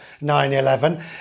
9-11